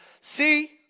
See